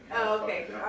okay